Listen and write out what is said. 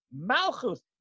malchus